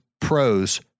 pros